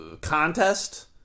contest